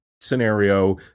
scenario